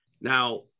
Now